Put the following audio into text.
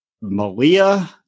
Malia